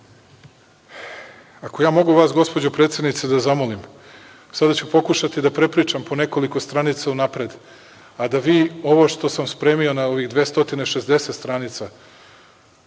ja mogu vas, gospođo predsednice, da zamolim, sada ću pokušati da prepričam po nekoliko stranica unapred, a da vi ovo što sam spremio na ovih 260 stranica